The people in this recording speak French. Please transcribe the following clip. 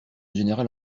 général